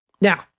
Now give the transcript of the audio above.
Now